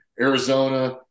Arizona